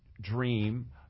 dream